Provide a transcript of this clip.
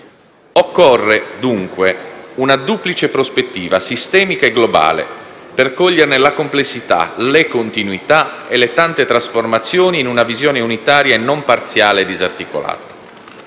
Occorre, dunque, una duplice prospettiva, sistemica e globale, per coglierne la complessità, le continuità e le tante trasformazioni in una visione unitaria e non parziale e disarticolata.